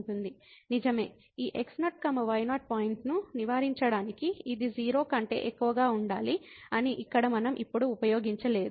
నిజమే ఈ x0 y0 పాయింట్ను నివారించడానికి ఇది 0 కంటే ఎక్కువగా ఉండాలి అని ఇక్కడ మనం ఇప్పుడు ఉపయోగించలేదు